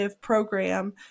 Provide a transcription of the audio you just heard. program